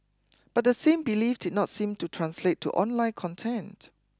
but the same belief did not seem to translate to online content